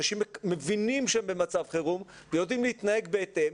אנשים מבינים שהם במצב חירום ויודעים להתנהג בהתאם.